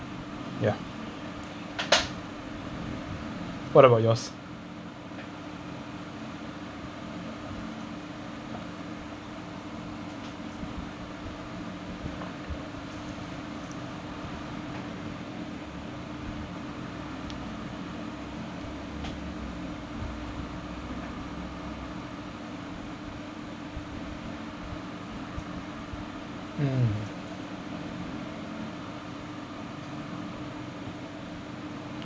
ya what about yours mm